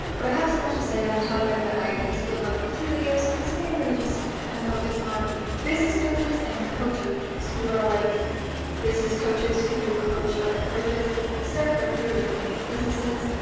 but i have so much to say on the topic that i had to split them up into two videos so in this video i'm going to just kind of focus on business coaches and coach coaches, who are like business coaches who coach other coaches on how to start or improve their coaching businesses.